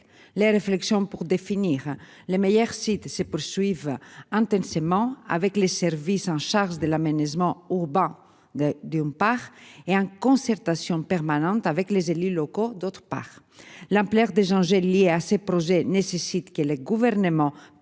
Les réflexions pour définir les meilleurs sites se poursuivent antenne seulement avec les services en charge de la nettement au bas. D'une part et en concertation permanente avec les élus locaux, d'autre part l'ampleur des gens j'ai liés à ces projets nécessitent que le gouvernement prenne